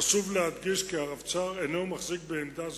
חשוב להדגיש כי הרבצ"ר אינו מחזיק בעמדה